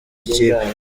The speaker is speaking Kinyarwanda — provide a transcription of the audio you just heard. ikipe